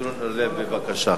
זבולון אורלב, בבקשה.